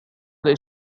dei